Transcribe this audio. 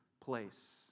place